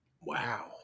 Wow